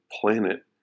planet